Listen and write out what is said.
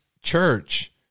church